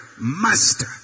Master